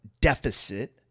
deficit